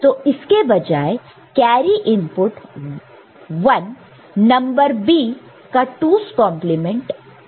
तो इसके बजाय कैरी इनपुट 1 नंबर B का 2's कंप्लीमेंट 2's complement कर रहा है